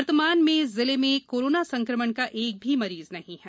वर्तमान में जिले में कोरोना संक्रमण का एक भी मरीज नहीं है